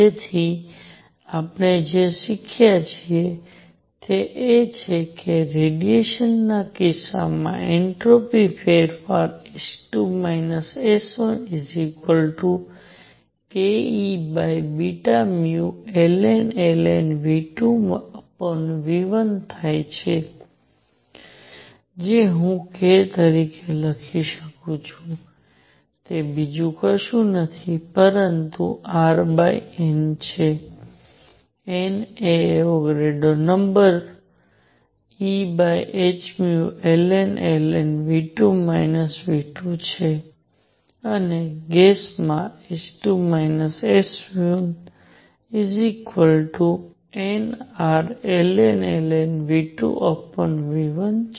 તેથી આપણે જે શીખ્યા છીએ તે એ છે કે રેડિયેશન ના કિસ્સામાં એન્ટ્રોપીમાં ફેરફાર S2 S1 kEβνln V2V1 થાય છે જે હું k તરીકે લખી શકું છું તે બીજું કશું નથી પરંતુ R nછે n એ એવોગાડ્રો નંબર Ehνln V2V1 છે અને ગેસ માં S2 S1nRln V2V1 છે